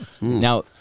Now